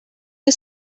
you